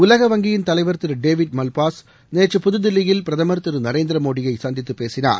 உலக வங்கியின் தலைவர் திரு டேவிட் மல்பாஸ் நேற்று புதுதில்லியில் பிரதம் திரு நரேந்திர மோடியை சந்தித்து பேசினார்